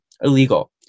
illegal